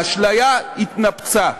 האשליה התנפצה.